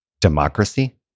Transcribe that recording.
democracy